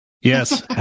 Yes